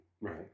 Right